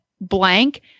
blank